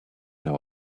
know